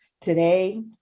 today